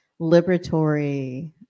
liberatory